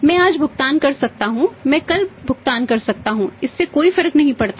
मैं आज भुगतान कर सकता हूं मैं कल भुगतान कर सकता हूं इससे कोई फर्क नहीं पड़ता